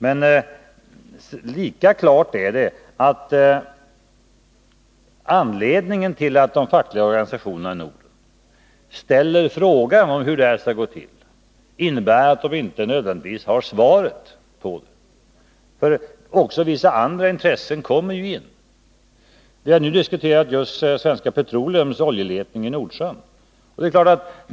Men lika klart är det att det förhållandet att de fackliga organisationerna i Norden ställer frågan hur detta skall gå till inte innebär att de nödvändigtvis har svaret på den. Också vissa andra intressen kommer in i detta sammanhang. Vi har nyss diskuterat Svenska Petroleums oljeletningsverksamhet i Nordsjön.